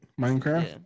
Minecraft